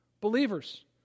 Believers